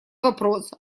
вопрос